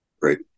great